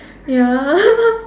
ya